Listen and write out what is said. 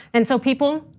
and so people,